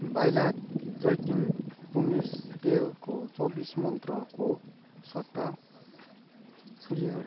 voila जैतुन pomace तेलको चौबिस मन्त्रको सट्टा